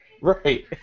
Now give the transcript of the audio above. Right